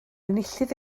enillydd